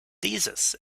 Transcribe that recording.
dieses